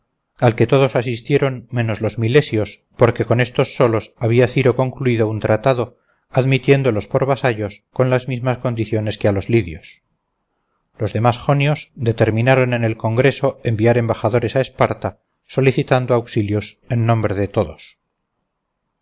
al que todos asistieron menos los milesios porque con estos solos había ciro concluido un tratado admitiéndolos por vasallos con las mismas condiciones que a los lidios los demás jonios determinaron en el congreso enviar embajadores a esparta solicitando auxilios en nombre de todos